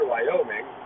Wyoming